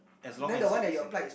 as long as it is in